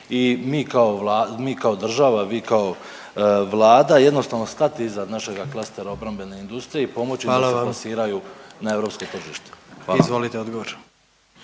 i mi kao država, vi kao vlada jednostavno stati iza našega klastera obrambene industrije i pomoći da …/Upadica predsjednik: Hvala vam./…